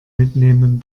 mitnehmen